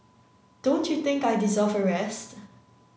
don't you think I deserve a rest